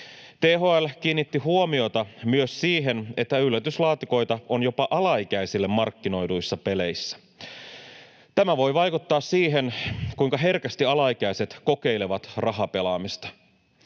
THL kiinnitti huomiota myös siihen, että yllätyslaatikoita on jopa alaikäisille markkinoiduissa peleissä. Tämä voi vaikuttaa siihen, kuinka herkästi alaikäiset kokeilevat rahapelaamista.